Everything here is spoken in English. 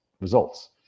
results